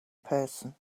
person